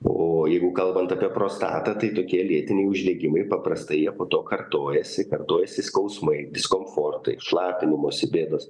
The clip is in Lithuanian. o jeigu kalbant apie prostatą tai tokie lėtiniai uždegimai paprastai jie po to kartojasi kartojasi skausmai diskomfortai šlapinimosi bėdos